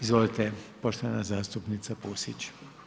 Izvolite poštovana zastupnica Pusić.